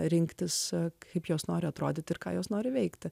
rinktis kaip jos nori atrodyti ir ką jos nori veikti